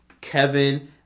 Kevin